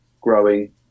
growing